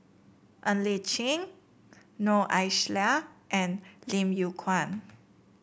Ng Li Chin Noor Aishah and Lim Yew Kuan